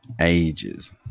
ages